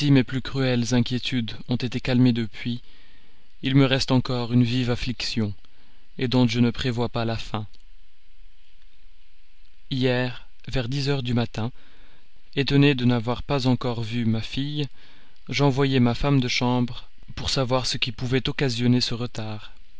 mes plus cruelles inquiétudes ont été calmées depuis il me reste encore une vive affliction dont je ne prévois pas la fin hier vers dix heures du matin étonnée de n'avoir pas encore vu ma fille j'envoyai ma femme de chambre pour savoir ce qui pouvait occasionner ce retard